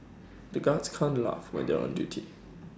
the guards can't laugh when they are on duty